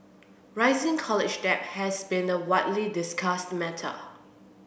rising college debt has been a widely discussed matter